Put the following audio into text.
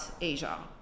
Asia